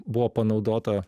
buvo panaudota